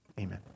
Amen